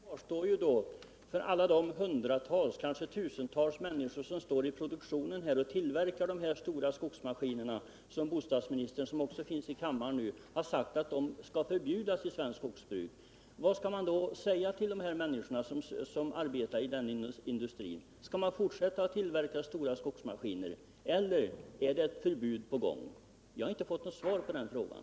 Herr talman! Frågan kvarstår tör alla de hundratals, kanske tusentals människor som arbetar med tillverkning av de stora maskiner som bostadsministern — hon befinner sig ju i kammaren nu — sagt skall förbjudas i svenskt skogsbruk. Vad skall man säga till de människor som arbetar i den industrin? Skall man fortsätta att tillverka stora skogsmaskiner, eller är det ett förbud på gång? Jag har inte fått något svar på den frågan.